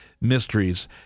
mysteries